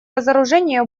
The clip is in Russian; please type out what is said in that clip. разоружение